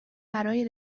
برای